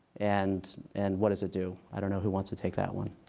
and and what does it do? i don't know. who wants to take that one?